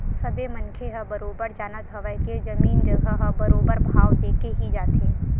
सबे मनखे ह बरोबर जानत हवय के जमीन जघा ह बरोबर भाव देके ही जाथे